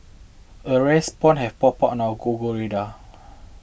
a rare spawn have popped up on our Google radar